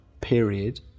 period